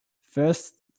First